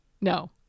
No